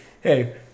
hey